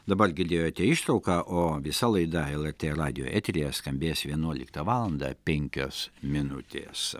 dabar girdėjote ištrauką o visą laidą lrt radijo eteryje skambės vienuoliktą valandą penkios minutės